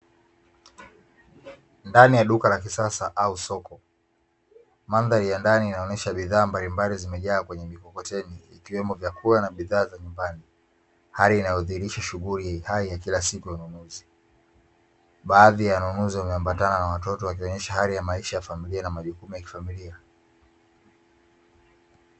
Ndani ya duka la kisasa au soko, mandhari ya ndani yanaonyesha bidhaa mbalimbali zimejaa kwenye mikokoteni ikiwemo vyakula na bidhaa za nyumbani, hali inayodhihirisha shughuli hai ya kila siku ya ununuzi. Baadhi ya wanunuzi wameambatana na watoto wakionyesha hali ya maisha ya familia na majukumu ya kifamilia.